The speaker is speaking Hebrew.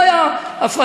לא הייתה הפרדה,